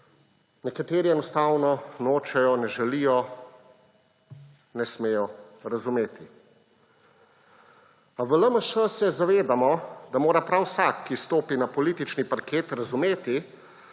nekateri enostavno nočejo, ne želijo, ne smejo razumeti. A v LMŠ se zavedamo, da mora prav vsak, ki stopi na politični parket, razumeti,